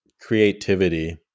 creativity